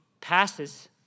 passes